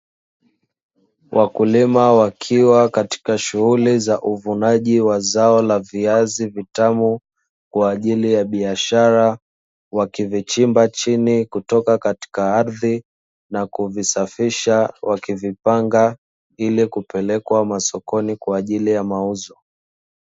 Wakulima wakiwa katika shughuli za uvunaji wa zao la viazi vitamu kwa aili ya biashara, wakivichimba chini kutoka katika ardhi na kuvisafisha, wakivipanga ili kupelekwa masokoni kwajili ya mauzo.